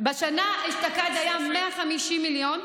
אשתקד היו 150 מיליון.